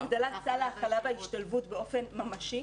הגדלת סל ההכלה וההשתלבות באופן ממשי.